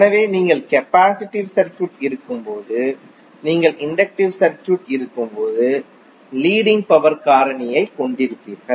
எனவே நீங்கள் capacitive circuit இருக்கும்போது நீங்கள் இன்டக்டிவ் சர்க்யூட் இருக்கும்போது லீடிங் பவர் காரணியைக் கொண்டிருப்பீர்கள்